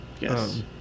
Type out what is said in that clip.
Yes